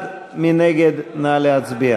לא נתקבלה.